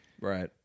Right